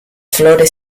flores